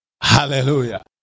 Hallelujah